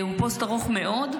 הוא פוסט ארוך מאוד,